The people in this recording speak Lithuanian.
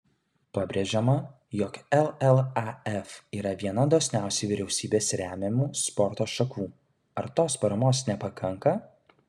pabrėžiama jog llaf yra viena dosniausiai vyriausybės remiamų sporto šakų ar tos paramos nepakanka